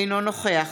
אינו נוכח